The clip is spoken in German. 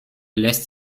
lässt